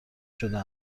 شده